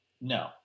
No